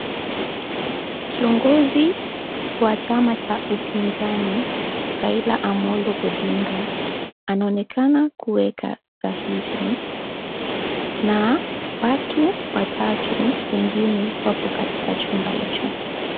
Kiongozi wa chama cha upinzani, Raila Amolo Odinga, anaonekana kuweka sahihi na watu watatu wengine, wapo katika chumba hicho.